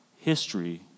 history